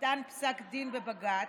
ניתן פסק דין בבג"ץ,